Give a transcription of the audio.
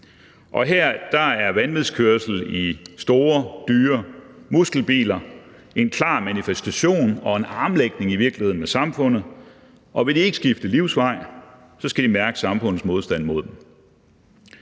her er vanvidskørsel i store, dyre muskelbiler en klar manifestation og i virkeligheden en armlægning med samfundet, og vil de ikke skifte livsvej, så skal de mærke samfundets modstand mod sig.